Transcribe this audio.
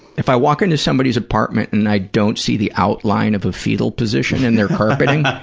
if i walk into somebody's apartment and i don't see the outline of a fetal position in their carpeting,